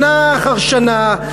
שנה אחר שנה,